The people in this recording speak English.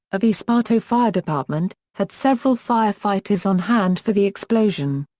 of esparto fire department, had several firefighters on hand for the explosion.